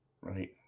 right